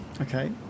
okay